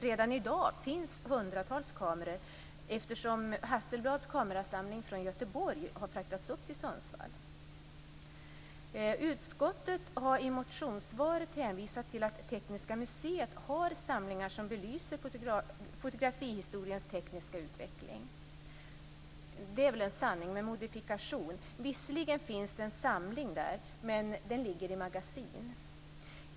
Redan i dag finns det hundratals kameror där eftersom Hasselblads kamerasamling från Göteborg har fraktats upp till Sundsvall. Utskottet hänvisar i motionssvaret till att Tekniska museet har samlingar som belyser fotografihistoriens tekniska utveckling. Men det är väl en sanning med modifikation. Visserligen finns det en samling där men den finns i magasin.